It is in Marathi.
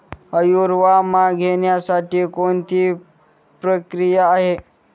आयुर्विमा घेण्यासाठी कोणती प्रक्रिया आहे?